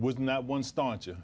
was not one start y